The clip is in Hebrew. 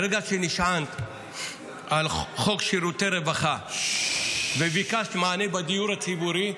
ברגע שנשענת על חוק שירותי רווחה וביקשת מענה בדיור הציבורי,